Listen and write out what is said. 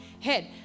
head